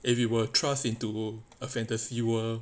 if you were thrust into a fantasy world